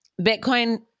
Bitcoin